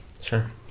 Sure